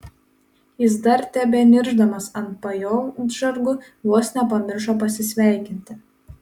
jis dar tebeniršdamas ant pajodžargų vos nepamiršo pasisveikinti